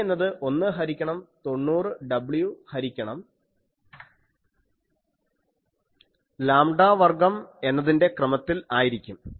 G എന്നത് 1 ഹരിക്കണം 90 w ഹരിക്കണം ലാംഡാ വർഗ്ഗം എന്നതിൻ്റെ ക്രമത്തിൽ ആയിരിക്കും